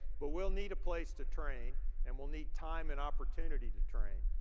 but we'll need a place to train and we'll need time and opportunity to train.